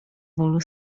ból